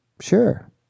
Sure